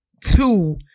Two